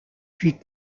puis